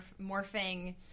morphing